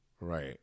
Right